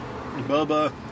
Bubba